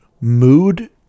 mood